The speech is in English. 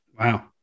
Wow